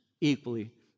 equally